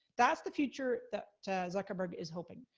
that's the future that zuckerberg is hoping.